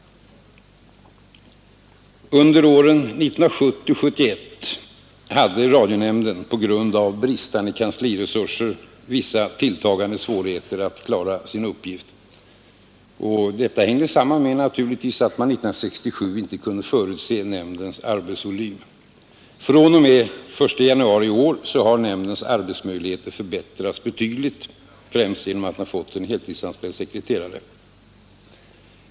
Under åren 1970-1971 hade radionämnden på grund av bristande kansliresurser vissa tilltagande svårigheter att klara sin uppgift. Detta hängde naturligtvis samman med att man 1967 inte kunde förutse nämndens arbetsvolym. Från och med den 1 januari i år har nämndens arbetsmöjligheter förbättrats betydligt, främst genom att man fått en heltidsanställd sekreterare.